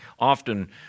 Often